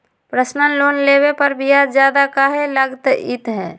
Personal loan लेबे पर ब्याज ज्यादा काहे लागईत है?